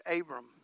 Abram